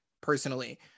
personally